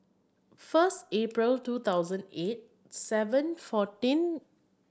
first April two thousand eight seven fourteen